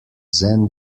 zen